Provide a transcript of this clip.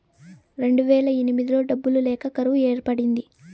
రెండువేల ఎనిమిదిలో డబ్బులు లేక కరువు ఏర్పడింది